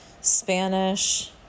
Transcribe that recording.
Spanish